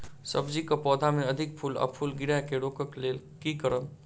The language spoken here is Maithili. सब्जी कऽ पौधा मे अधिक फूल आ फूल गिरय केँ रोकय कऽ लेल की करब?